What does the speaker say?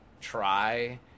try